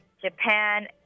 Japan